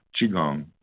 qigong